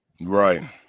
Right